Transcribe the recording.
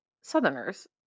Southerners